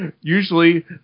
Usually